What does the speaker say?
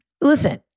Listen